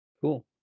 Cool